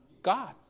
god